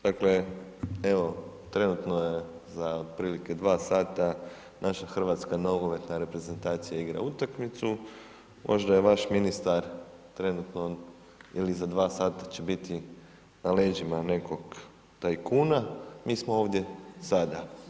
Dakle, evo trenutno je za otprilike 2 sata naša Hrvatska nogometna reprezentacija igra utakmicu možda je vaš ministar trenutno ili za 2 sata će biti na leđima nekog tajkuna, mi smo ovdje sada.